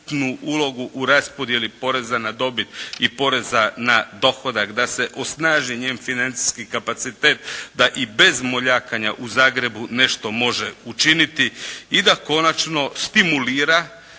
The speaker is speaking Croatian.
ulogu u raspodjeli poreza na dobit i poreza na dohodak, da se osnaži njen financijski kapacitet, da i bez moljakanja u Zagrebu nešto može učiniti i da konačno stimulira